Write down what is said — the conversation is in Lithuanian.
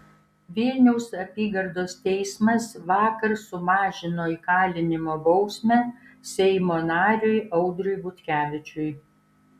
vilniaus apygardos teismas vakar sumažino įkalinimo bausmę seimo nariui audriui butkevičiui